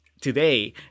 today